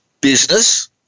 business